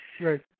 Right